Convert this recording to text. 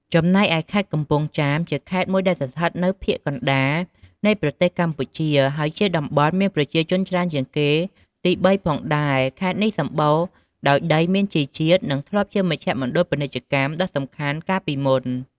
ចំណែកឯខេត្តកំពង់ចាម ជាខេត្តមួយដែលស្ថិតនៅភាគកណ្តាលនៃប្រទេសកម្ពុជា ហើយជាខេត្តដែលមានប្រជាជនច្រើនជាងគេទីបីផងដែរ ខេត្តនេះសម្បូរដោយដីមានជីជាតិនិងធ្លាប់ជាមជ្ឈមណ្ឌលពាណិជ្ជកម្មដ៏សំខាន់កាលពីមុន។